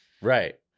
Right